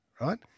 right